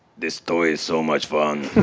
this toy is so much fun.